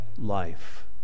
life